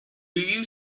you